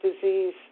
disease